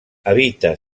habita